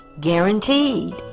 guaranteed